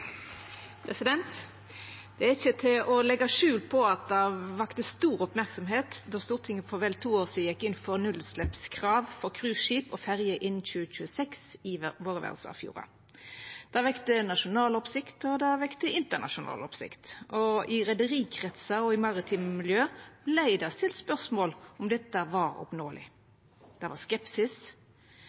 å leggja skjul på at det vekte stor merksemd då Stortinget for vel to år sidan gjekk inn for nullutsleppskrav til cruiseskip og ferjer innan 2026 i verdsarvfjordane. Det har vekt nasjonal oppsikt, og det har vekt internasjonal oppsikt. I reiarlagskretsar og i maritime miljø vart det stilt spørsmål om dette var oppnåeleg. Det var skepsis,